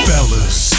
Fellas